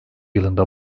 yılında